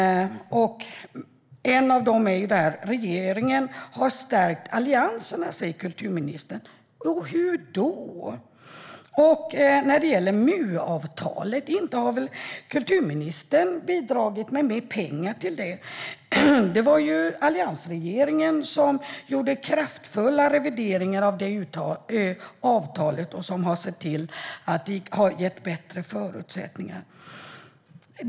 Kulturministern säger att regeringen har stärkt allianserna. Hur då? Och kulturministern har väl inte bidragit med mer pengar till MU-avtalet? Det var ju alliansregeringen som gjorde kraftfulla revideringar av det avtalet och som såg till att vi gav bättre förutsättningar.